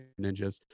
ninjas